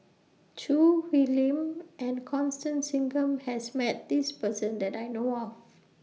Choo Hwee Lim and Constance Singam has Met This Person that I know of